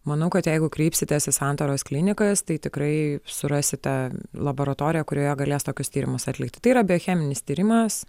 manau kad jeigu kreipsitės į santaros klinikas tai tikrai surasite laboratoriją kurioje galės tokius tyrimus atlikti tai yra biocheminis tyrimas